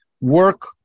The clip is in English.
work